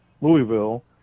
Louisville